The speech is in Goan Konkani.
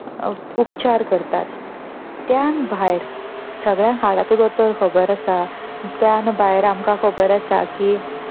उपचार करतात त्यान भायर सगळ्यांक हाडाचो दोतोर खबर आसा त्यान भायर आमकां खबर आसा की